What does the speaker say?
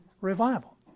revival